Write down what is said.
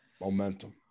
Momentum